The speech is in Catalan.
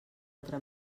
altra